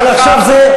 אבל עכשיו זה,